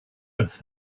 earth